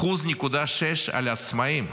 1.6% על העצמאים.